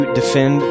defend